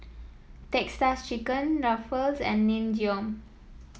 Texas Chicken Ruffles and Nin Jiom